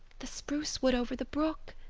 the spruce wood over the brook,